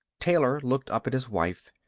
taylor looked up at his wife.